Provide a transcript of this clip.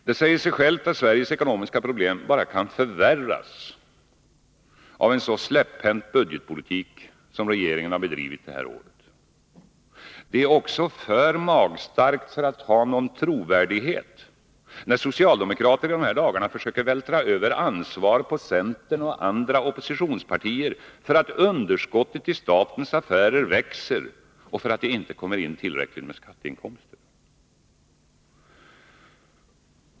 Det säger sig självt att Sveriges ekonomiska problem bara kan förvärras av en så släpphänt budgetpolitik som regeringen har bedrivit det här året. Det är också för magstarkt för att ha någon trovärdighet, när socialdemokrater i dessa dagar försöker vältra över ansvar på centern och andra oppositionspartier för att underskottet i statens affärer växer och för att det inte kommer in tillräckligt med skatteinkomster.